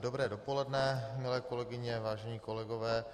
Dobré dopoledne, milé kolegyně, vážení kolegové.